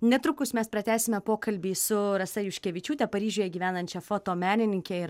netrukus mes pratęsime pokalbį su rasa juškevičiūte paryžiuje gyvenančia fotomenininke ir